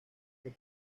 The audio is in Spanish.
que